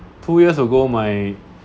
two years ago my